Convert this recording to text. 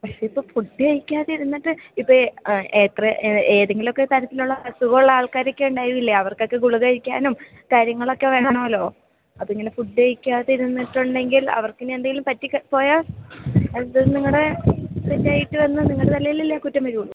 ഇതിപ്പോൾ ഫുഡ് കഴിക്കാതിരുന്നിട്ട് ഇപ്പം എത്ര ഏതെങ്കിലുമൊക്കെ തരത്തിലുള്ള അസുഖമുള്ള ആൾക്കാരൊക്കെ ഉണ്ടായിരുന്നില്ലേ അവർക്കൊക്കെ ഗുളിക കഴിക്കാനും കാര്യങ്ങളൊക്കെ കാണുമല്ലോ അപ്പോൾ ഇങ്ങനെ ഫുഡ് കഴിക്കാതിരുന്നിട്ടുണ്ടെങ്കിൽ അവർക്ക് ഇനി എന്തെങ്കിലും പറ്റിപ്പോയാൽ അത് നിങ്ങളുടെ നേരിട്ട് വന്നു നിങ്ങളുടെ തലയിലല്ലേ കുറ്റം വരികയുള്ളൂ